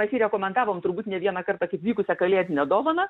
mes jį rekomendavom turbūt ne vieną kartą kaip vykusią kalėdinę dovaną